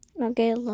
Okay